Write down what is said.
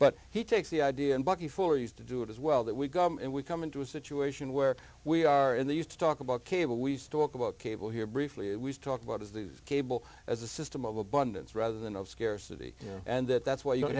but he takes the idea and lucky for us to do it as well that we got and we come into a situation where we are in the used to talk about cable we spoke about cable here briefly we talk about is the cable as a system of abundance rather than of scarcity and that that's why you